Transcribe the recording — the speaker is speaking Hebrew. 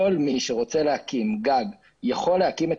כל מי שרוצה להקים גג יכול להקים את